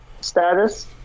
status